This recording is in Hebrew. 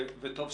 טוב שכך.